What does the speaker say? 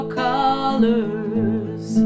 colors